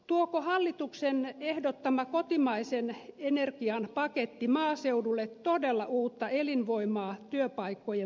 tuoko hallituksen ehdottama kotimaisen energian paketti maaseudulle todella uutta elinvoimaa työpaikkojen muodossa